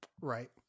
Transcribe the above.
right